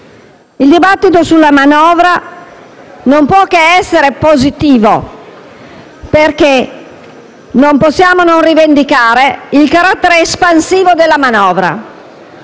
Il dibattito sulla manovra non può che essere positivo, perché non possiamo non rivendicare il suo carattere espansivo. Una manovra